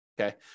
okay